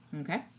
Okay